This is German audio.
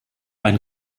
ein